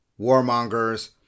warmongers